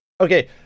Okay